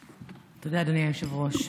תודה, אדוני היושב-ראש.